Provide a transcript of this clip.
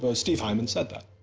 ah stephen heymann said that.